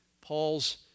Paul's